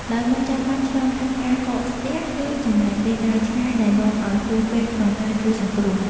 ដោយមិនចាំបាច់ឆ្លងកាត់ការកកស្ទះ ឬចំណាយពេលដើរឆ្ងាយ ដែលនាំឱ្យហួសពេលក្នុងការជួយសង្គ្រោះ។